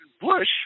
Bush